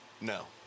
No